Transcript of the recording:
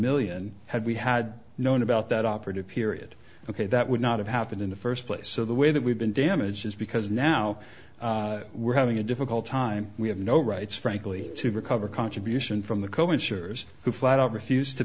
million had we had known about that operative period ok that would not have happened in the first place so the way that we've been damaged is because now we're having a difficult time we have no rights frankly to recover contribution from the co insur